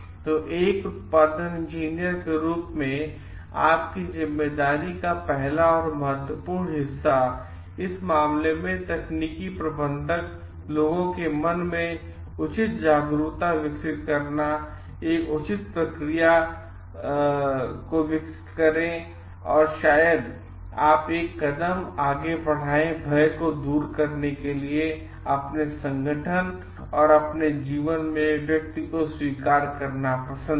तो एक उत्पादन इंजीनियर के रूप में आप की जिम्मेदारी का पहला और महत्वपूर्ण हिस्सा इस मामले में तकनीकी प्रबंधक लोगों के मन में उचित जागरूकता विकसित करना एक उचित प्रतिक्रिया विकसित करें और शायद आप एक कदम आगे बढ़ाएं भय को दूर करने के लिए अपने संगठन और अपने जीवन में व्यक्ति को स्वीकार करना पसंद है